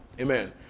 amen